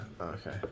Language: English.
Okay